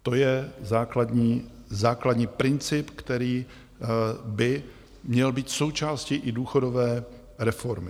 To je základní princip, který by měl být součástí i důchodové reformy.